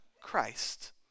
Christ